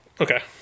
Okay